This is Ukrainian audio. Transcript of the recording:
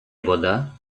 вода